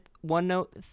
one-note